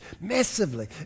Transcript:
Massively